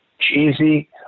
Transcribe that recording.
Cheesy